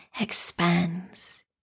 expands